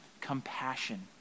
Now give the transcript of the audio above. Compassion